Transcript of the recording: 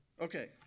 Okay